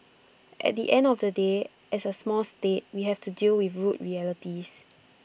at the end of the day as A small state we have to deal with rude realities